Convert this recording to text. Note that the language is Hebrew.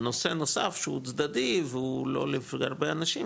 נושא נוסף שהוא צדדי והוא לא להרבה אנשים,